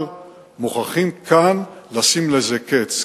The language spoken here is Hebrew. אבל מוכרחים כאן לשים לזה קץ,